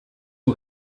who